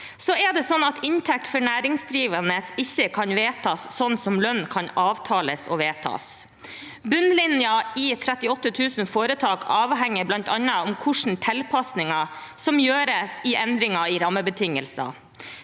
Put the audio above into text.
Så er det sånn at inntekt for næringsdrivende ikke kan vedtas sånn som lønn kan avtales og vedtas. Bunnlinjen i 38 000 foretak avhenger bl.a. av hvilke tilpasninger som gjøres i endringer i rammebetingelser.